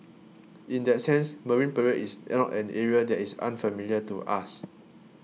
in that sense Marine Parade is not an area that is unfamiliar to us